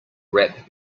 rap